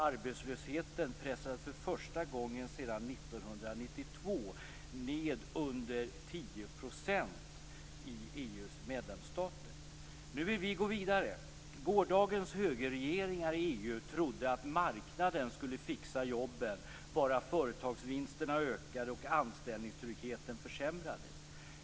Arbetslösheten pressades för första gången sedan 1992 ned under 10 % i EU:s medlemsstater. Nu vill vi gå vidare. Gårdagens högerregeringar i EU trodde att marknaden skulle fixa jobben bara företagsvinsterna ökade och anställningstryggheten försämrades.